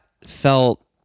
felt